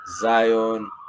Zion